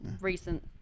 recent